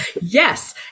Yes